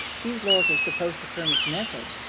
these laws are supposed to furnish method.